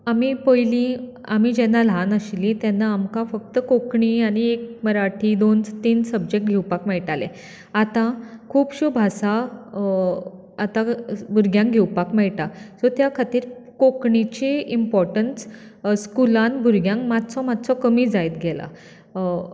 आमी पयलीं आमी जेन्ना ल्हान आशिल्लीं तेन्ना आमकां फक्त कोंकणी आनी एक मराठी दोन तीन सबजेक्ट घेवपाक मेळटाले आतां खुबश्यो भासा आतां भुरग्यांक घेवपाक मेळटा सो त्या खातीर कोंकणीचें इंपोर्टन्स स्कुलांत भुरग्यांक मातसो मातसो कमी जायत गेला